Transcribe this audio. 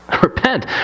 repent